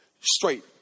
straight